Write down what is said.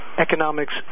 economics